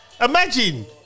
Imagine